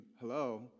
hello